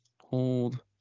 Hold